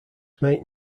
make